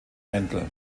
mendel